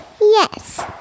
Yes